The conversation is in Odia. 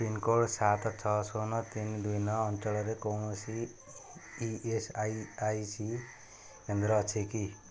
ପିନ୍କୋଡ଼୍ ସାତ ଛଅ ଶୂନ ତିନି ଦୁଇ ନଅ ଅଞ୍ଚଳରେ କୌଣସି ଇ ଏସ୍ ଆଇ ସି କେନ୍ଦ୍ର ଅଛି କି